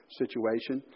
situation